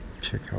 check